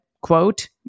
quote